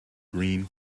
green